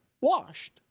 washed